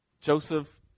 Joseph